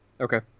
Okay